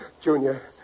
Junior